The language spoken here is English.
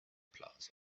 plaza